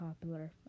popular